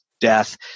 death